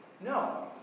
No